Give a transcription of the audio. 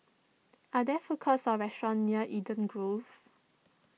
are there food courts or restaurants near Eden Grove